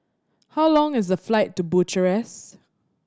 how long is the flight to Bucharest